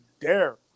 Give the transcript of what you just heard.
dare